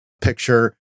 picture